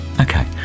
Okay